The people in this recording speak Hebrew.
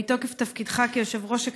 מתוקף תפקידך כיושב-ראש הכנסת,